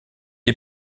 est